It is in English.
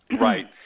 Right